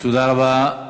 תודה רבה.